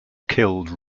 killed